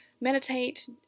Meditate